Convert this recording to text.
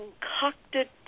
concocted